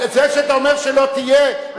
זה שאתה אומר שלא תהיה,